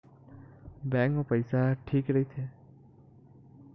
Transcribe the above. Bank मा पईसा ह ठीक राइथे?